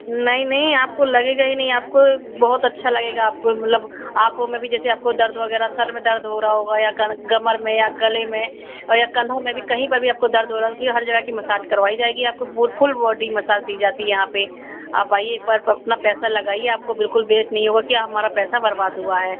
नहीं नहीं आपको लगेगा ही नहीं आपको बहुत अच्छा लगेगा आपको मतलब आँखों में भी जैसे आपको दर्द वगैरह सर दर्द हो रहा होगा या कर कमर में या गले में औ या कन्धों में भी कहीं पर भी आपको दर्द हो रहा है क्योंकि ये हर जगह की मसाज करवाई जाएगी आपको बु फुल बॉडी मसाज दी जाती है यहाँ पर आप आइए एक बार अपना पैसा लगाइए आपको बिल्कुल वेट नहीं होगा कि हमारा पैसा बर्बाद हुआ है